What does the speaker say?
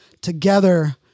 Together